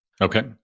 Okay